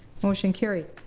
motion carried.